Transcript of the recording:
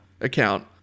account